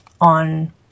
on